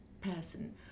person